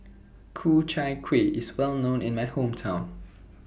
Ku Chai Kueh IS Well known in My Hometown